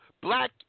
Black